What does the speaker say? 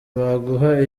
baguha